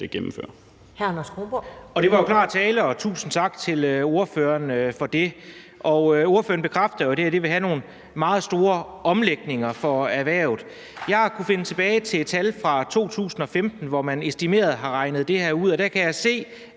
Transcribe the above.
Det var jo klar tale, og tusind tak til ordføreren for det. Ordføreren bekræfter, at det her vil betyde nogle meget store omlægninger for erhvervet. Jeg har kunnet finde tal tilbage fra 2015, hvor man har regnet det her ud, og der kan jeg se,